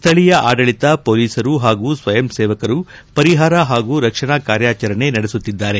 ಸ್ವಳಯ ಆಡಳಿತ ಪೊಲೀಸರು ಹಾಗೂ ಸ್ವಯಂ ಸೇವಕರು ಪರಿಹಾರ ಹಾಗೂ ರಕ್ಷಣಾ ಕಾರ್ಯಾಚರಣೆ ನಡೆಸುತ್ತಿದ್ದಾರೆ